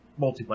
multiplayer